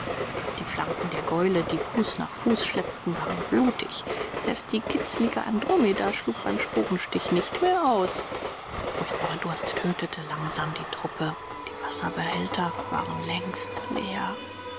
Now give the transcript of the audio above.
die flanken der gäule die fuß nach fuß schleppten waren blutig selbst die kitzlige andromeda schlug beim sporenstich nicht mehr aus der furchtbare durst tötete langsam die truppe die wasserbehälter waren längst leer